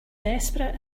desperate